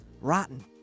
Rotten